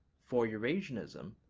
for eurasianism,